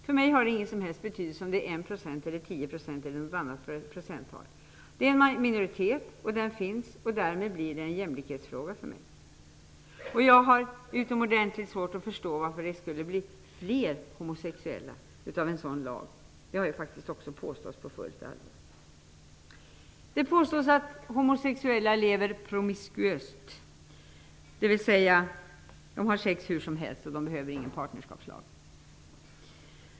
För mig har det ingen som helst betydelse om det är 1 %, 10 % eller något annat procenttal. Det är en minoritet, och den finns. Därmed blir det en jämlikhetsfråga för mig. Jag har utomordentligt svårt att förstå varför en sådan lag skulle ge upphov till fler homosexuella. Det har faktiskt påståtts på fullt allvar! Det påstås att homosexuella lever promiskuöst, dvs. att de har sex hur som helst och inte behöver någon partnerskapslag.